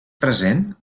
present